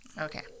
Okay